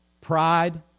pride